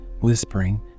whispering